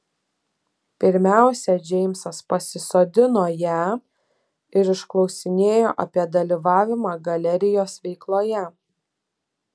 pirmiausia džeimsas pasisodino ją ir išklausinėjo apie dalyvavimą galerijos veikloje